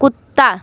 कुत्ता